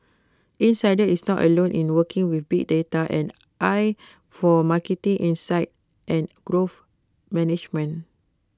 insider is not alone in working with big data and AI for marketing insights and growth management